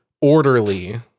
orderly